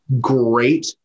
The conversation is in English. great